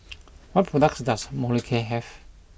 what products does Molicare have